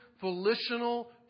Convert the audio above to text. volitional